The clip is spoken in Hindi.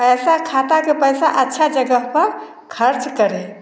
पैसा खाता का पैसा अच्छा जगह पर खर्च करें